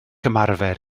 ymarfer